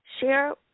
share